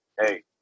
Hey